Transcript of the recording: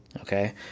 Okay